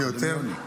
ויותר.